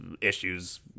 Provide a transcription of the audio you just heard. issues